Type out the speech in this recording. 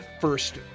first